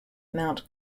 mount